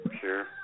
sure